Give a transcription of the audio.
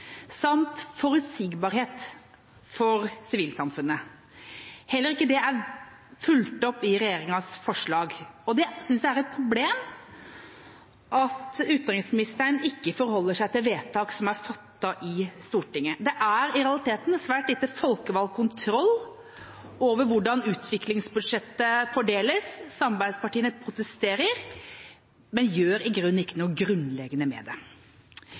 samt forutsigbarhet for sivilsamfunnet. Heller ikke det er fulgt opp i regjeringas forslag. At utenriksministeren ikke forholder seg til vedtak som er fattet i Stortinget, synes jeg er et problem. Det er i realiteten svært lite folkevalgt kontroll over hvordan utviklingsbudsjettet fordeles. Samarbeidspartiene protesterer, men gjør i grunnen ikke noe grunnleggende med det.